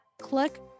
click